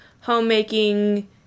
homemaking